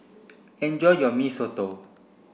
enjoy your Mee Soto